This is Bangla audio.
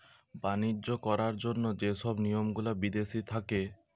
বাণিজ্য করার জন্য যে সব নিয়ম গুলা বিদেশি থাকে